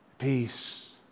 peace